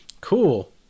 Cool